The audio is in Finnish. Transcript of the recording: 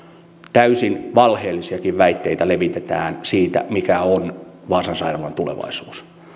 täysin valheellisiakin väitteitä levitetään siitä mikä on vaasan sairaalan tulevaisuus